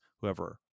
whoever